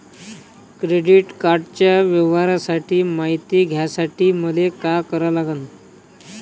Credit कार्डाच्या व्यवहाराची मायती घ्यासाठी मले का करा लागन?